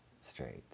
straight